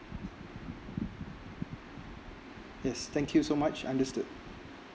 yes thank you so much understood